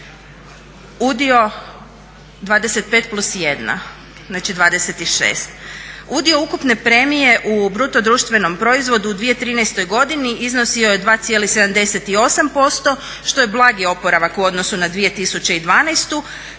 Udio 25+1 znači 26, udio ukupne premije u bruto društvenom proizvodu u 2013. godini iznosio je 2,78% što je blagi oporavak u odnosu na 2012. no